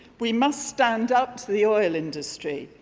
we must stand up to the oil industry.